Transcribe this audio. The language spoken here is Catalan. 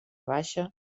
baixa